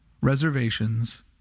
reservations